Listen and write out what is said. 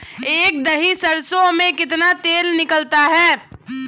एक दही सरसों में कितना तेल निकलता है?